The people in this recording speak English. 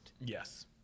Yes